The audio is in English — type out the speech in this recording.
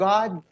God